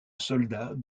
soldats